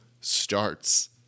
starts